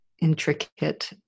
intricate